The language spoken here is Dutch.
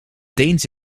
deens